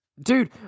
Dude